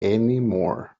anymore